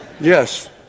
Yes